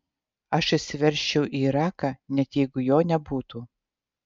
aš įsiveržčiau į iraką net jeigu jo nebūtų